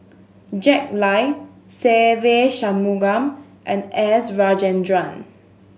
Jack Lai Se Ve Shanmugam and S Rajendran